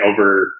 over